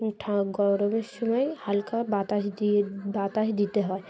ঠা গরমের সময় হালকা বাতাস দিয়ে বাতাস দিতে হয়